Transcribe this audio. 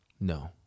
No